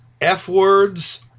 F-words